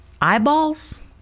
eyeballs